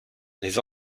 les